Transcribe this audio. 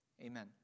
Amen